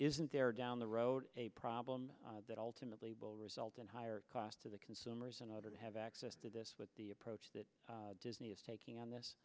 isn't there down the road a problem that ultimately will result in higher cost to the consumers in order to have access to this but the approach that disney is taking on this